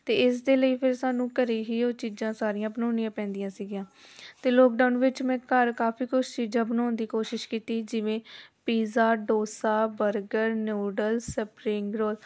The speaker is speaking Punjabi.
ਅਤੇ ਇਸ ਦੇ ਲਈ ਫਿਰ ਸਾਨੂੰ ਘਰੇ ਹੀ ਉਹ ਚੀਜ਼ਾਂ ਸਾਰੀਆਂ ਬਣਾਉਣੀਆਂ ਪੈਂਦੀਆਂ ਸੀਗੀਆਂ ਅਤੇ ਲੋਕਡਾਊਨ ਵਿੱਚ ਮੈਂ ਘਰ ਕਾਫੀ ਕੁਛ ਚੀਜ਼ਾਂ ਬਣਾਉਣ ਦੀ ਕੋਸ਼ਿਸ਼ ਕੀਤੀ ਜਿਵੇਂ pizza dosa burger noodle spring role